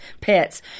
pets